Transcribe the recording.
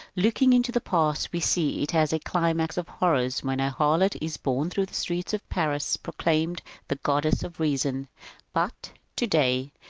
looking into the past, we see it as a climax of horrors when a harlot is borne through the streets of paris proclaimed the goddess of reason but today,